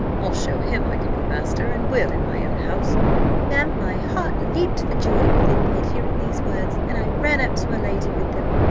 i'll show him i can be master, and will, in my own house ma'am, my heart leaped for joy within me at hearing these words, and i ran up to my lady with them.